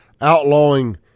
outlawing